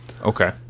Okay